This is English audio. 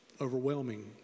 overwhelming